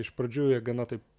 iš pradžių jie gana taip